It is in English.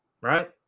Right